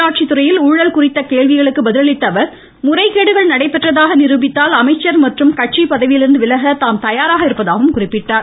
உள்ளாட்சி துறையில் ஊழல் குறித்த கேள்விகளுக்கு பதிலளித்த அவர் முறைகேடுகள் நடைபெற்றதாக நிரூபித்தால் அமைச்சர் மற்றும் கட்சி பதவியிலிருந்து விலக தாம் தயாராக இருப்பதாக குறிப்பிட்டார்